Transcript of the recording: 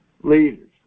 leaders